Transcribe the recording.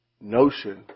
notion